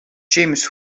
james